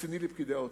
רציני לפקידי האוצר,